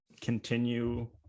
continue